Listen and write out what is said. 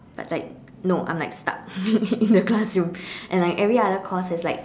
but like no I'm like stuck in the classroom and like every other course is like